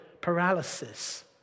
paralysis